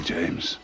James